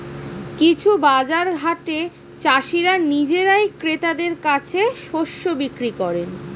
কিছু বাজার হাটে চাষীরা নিজেরাই ক্রেতাদের কাছে শস্য বিক্রি করেন